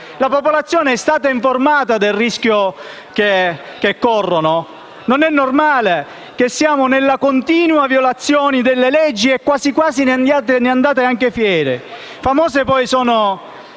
La popolazione è stata informata del rischio che corre? Non è normale stare in una situazione di continua violazione delle leggi e quasi quasi ne andate anche fieri.